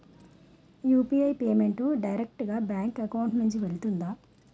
UPI payment direct గా bank account నుంచి వెళ్తుందా?